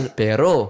pero